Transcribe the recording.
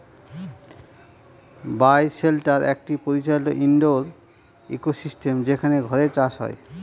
বায় shelter একটি পরিচালিত indoor ecosystem যেখানে ঘরে চাষ হয়